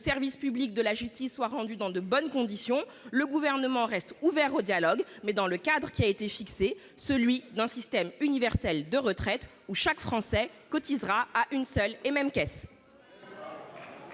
service public de la justice fonctionne dans de bonnes conditions. Le Gouvernement reste ouvert au dialogue, mais dans le cadre qui a été fixé, celui d'un système universel de retraite où chaque Français cotisera à une seule et même caisse.